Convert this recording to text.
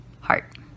heart